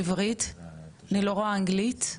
לא, כי לא נכנסנו לעובדים הזרים.